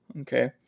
Okay